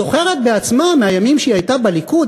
זוכרת בעצמה מהימים שהיא הייתה בליכוד,